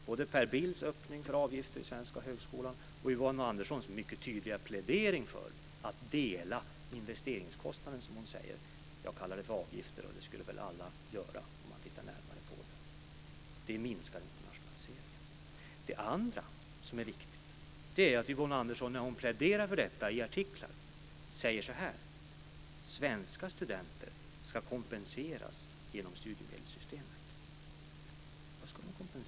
Både Per Bills öppning för avgifter i den svenska högskolan och Yvonne Anderssons mycket tydliga plädering för att dela investeringskostnader, som hon säger - jag kallar det för avgifter, och det skulle väl alla göra om de tittade närmare på det - minskar internationaliseringen. Det är det första. Det andra som är viktigt är att Yvonne Andersson, när hon pläderar för detta i artiklar, säger så här: Svenska studenter ska kompenseras genom studiemedelssystemet.